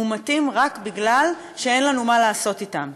הם מומתים רק מפני שאין לנו מה לעשות בהם,